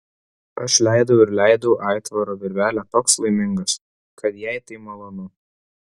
aš leidau ir leidau aitvaro virvelę toks laimingas kad jai tai malonu